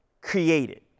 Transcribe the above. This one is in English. created